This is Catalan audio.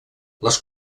les